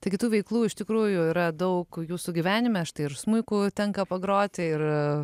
taigi tų veiklų iš tikrųjų yra daug jūsų gyvenime štai ir smuiku tenka pagroti ir